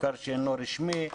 מוכר שאינו רשמי,